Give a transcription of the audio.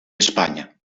espanya